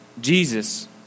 Jesus